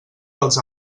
dels